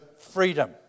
freedom